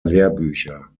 lehrbücher